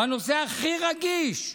בנושא הכי רגיש,